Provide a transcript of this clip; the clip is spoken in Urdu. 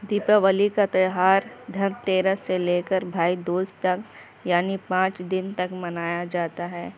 دیپاولی کا تہوار دھن تیرس سے لے کر بھائی دوج تک یعنی پانچ دن تک منایا جاتا ہے